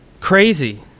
crazy